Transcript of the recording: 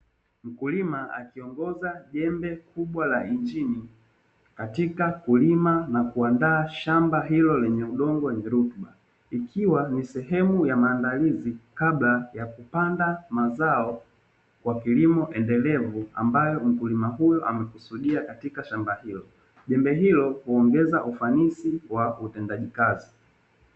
Mkulima akiongoza jembe kubwa la injini katika kulima na kuandaa shamba hilo lenye udongo wenye rutuba, ikiwa ni sehemu ya maandalizi kabla ya mazao kwa kilimo endelevu ambayo mkulima huyu amekusudia katika shamba hilo, jembe hilo huongeza ufanisi wa utendaji kazi.